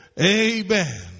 Amen